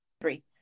Three